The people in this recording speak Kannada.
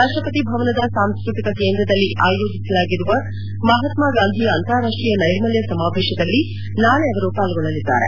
ರಾಷ್ಟಪತಿ ಭವನದ ಸಾಂಸ್ಕೃತಿಕ ಕೇಂದ್ರದಲ್ಲಿ ಆಯೋಜಿಸಲಾಗಿರುವ ಮಹಾತ್ಮ ಗಾಂಧಿ ಅಂತಾರಾಷ್ಟೀಯ ನೈರ್ಮಲ್ಯ ಸಮಾವೇಶದಲ್ಲಿ ನಾಳೆ ಅವರು ಪಾಲ್ಗೊಳ್ಳಲಿದ್ದಾರೆ